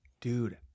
dude